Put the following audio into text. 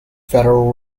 federal